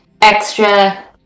extra